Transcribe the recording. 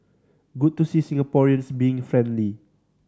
good to see Singaporeans being friendly